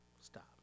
Stop